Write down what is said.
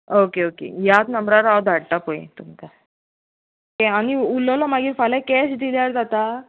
okay okay ह्यात नंबरार हांव धाडटा पळय तुमकां हें आनी उरलेलो मागीर फाल्यां कॅश दिल्यार जाता